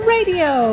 Radio